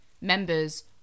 members